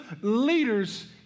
leaders